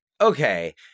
Okay